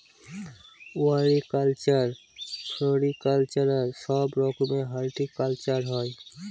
olericulture, floriculture সব রকমের horticulture হয়